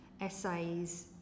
essays